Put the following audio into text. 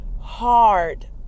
hard